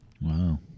Wow